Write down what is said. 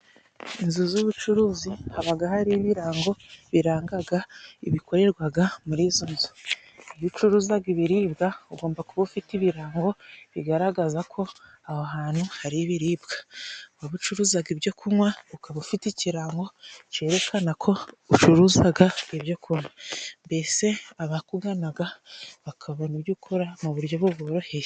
Inzu z'ubucuruzi, habaga hariho ibirango birangaga ibikorerwaga muri izo nzu, iyo ucuruzaga ibiribwa ugomba kuba ufite ibirango bigaragaza ko aho hantu hari ibiribwa, waba ucuruzaga ibyo kunwa ukaba ufite ikirango cyerekana ko ucuruzaga ibyo kunywa, mbese abakuganaga bakabona ibyo ukora mu buryo buboroheye.